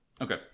Okay